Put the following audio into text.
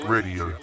Radio